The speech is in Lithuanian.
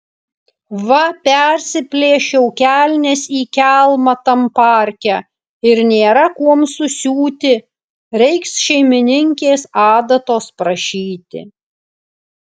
va persiplėšiau kelnes į kelmą tam parke ir nėra kuom susiūti reiks šeimininkės adatos prašyti